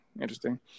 interesting